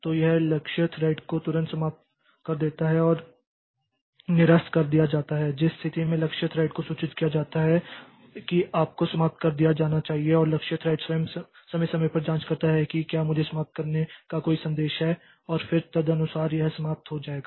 तो यह लक्ष्य थ्रेडको तुरंत समाप्त कर देता है और निरस्त कर दिया जाता है जिस स्थिति में लक्ष्य थ्रेड को सूचित किया जाता है कि आपको समाप्त कर दिया जाना चाहिए और लक्ष्य थ्रेड स्वयं समय समय पर जाँच करता है कि क्या मुझे समाप्त करने का कोई संदेश है और फिर तदनुसार यह समाप्त हो जाएगा